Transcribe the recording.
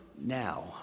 now